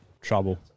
Trouble